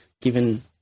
given